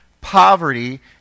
poverty